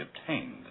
obtained